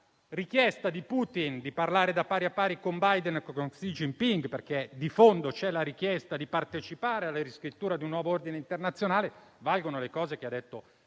alla richiesta di Putin di parlare da pari a pari con Biden e con Xi Jinping, con la richiesta di fondo di partecipare alla riscrittura di un nuovo ordine internazionale, valgono le cose che ha detto molto